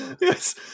Yes